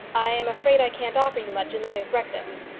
i am afraid i can't offer you much in the way of breakfast.